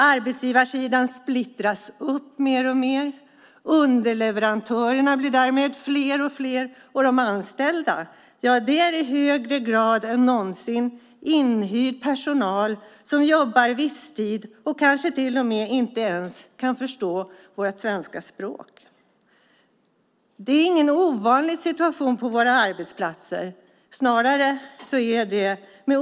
Arbetsgivarsidan splittras upp mer och mer, underleverantörerna blir därmed fler och fler, och de anställda består i högre grad än någonsin av inhyrd personal som har visstidsjobb och kanske inte ens kan förstå vårt svenska språk. Det är ingen ovanlig situation på våra arbetsplatser.